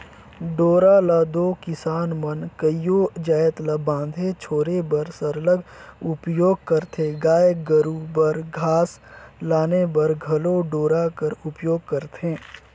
डोरा ल दो किसान मन कइयो जाएत ल बांधे छोरे बर सरलग उपियोग करथे गाय गरू बर घास लाने बर घलो डोरा कर उपियोग करथे